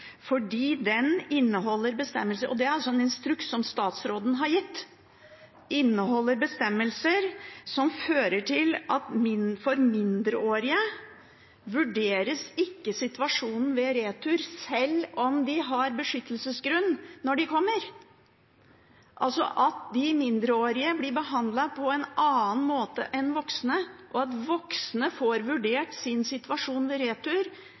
en instruks statsråden har gitt – fordi den inneholder bestemmelser som fører til at for mindreårige vurderes ikke situasjonen ved retur, selv om de har beskyttelsesgrunn når de kommer, altså at de mindreårige blir behandlet på en annen måte enn voksne, og at voksne får vurdert sin situasjon ved retur,